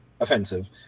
offensive